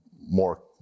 more